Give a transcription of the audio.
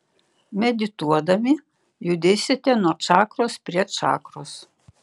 medituodami judėsite nuo čakros prie čakros